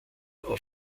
auf